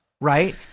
right